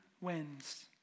wins